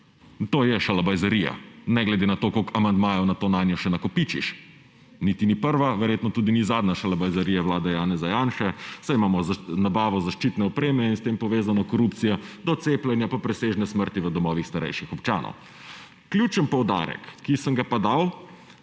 to je šalabajzerija, ne glede na to, koliko amandmajev nato nanje še nakopičiš. Niti ni prva, verjetno tudi ni zadnja šalabajzerija vlade Janeza Janše, saj imamo nabavo zaščitne opreme in s tem povezano korupcijo, do cepljenja pa presežne smrti v domovih starejših občanov. Ključen poudarek, ki sem ga pa dal